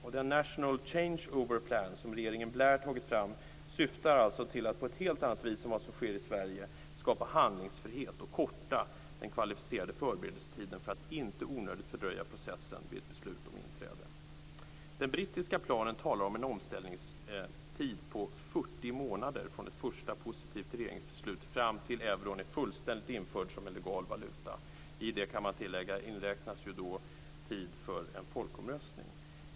The National Change-Over Plan, som regeringen Blair har tagit fram, syftar till att på ett helt annat sätt än i Sverige skapa handlingsfrihet och korta den kvalificerade förberedelsetiden för att inte onödigt fördröja processen vid ett beslut om inträde. Den brittiska planen talar om en omställningstid om 40 månader från det första positiva regeringsbeslutet fram tills euron är fullständigt införd som en legal valuta. I detta inräknas då tid för en folkomröstning.